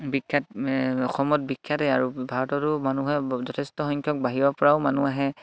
বিখ্যাত অসমত বিখ্যাতে আৰু ভাৰতো মানুহে যথেষ্ট সংখ্যক বাহিৰৰ পৰাও মানুহ আহে